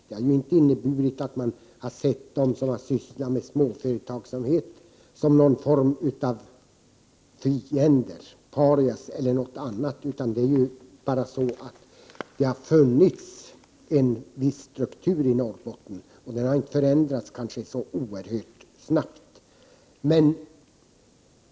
Det har ju inte inneburit att man sett dem som sysslar med småföretagsamhet som någon form av fiender, parias eller något annat utan det har funnits en viss struktur i Norrbotten. Den har inte förändrats så oerhört snabbt.